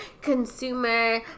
consumer